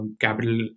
capital